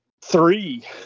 three